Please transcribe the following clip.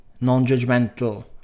non-judgmental